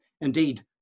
Indeed